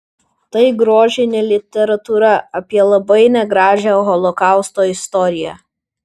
tai grožinė literatūra apie labai negražią holokausto istoriją